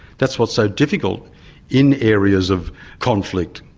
that's what's so difficult in areas of conflict,